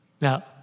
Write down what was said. Now